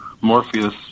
Morpheus